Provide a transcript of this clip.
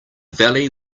valley